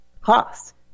Cost